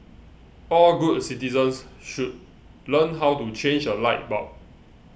all good citizens should learn how to change a light bulb